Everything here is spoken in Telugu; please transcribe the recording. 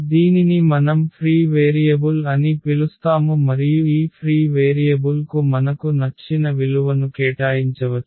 దీనిని మనం ఫ్రీ వేరియబుల్ అని పిలుస్తాము మరియు ఈ ఫ్రీ వేరియబుల్ కు మనకు నచ్చిన విలువను కేటాయించవచ్చు